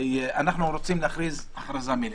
אנחנו רוצים להכריז הכרזה מלאה.